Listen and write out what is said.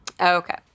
Okay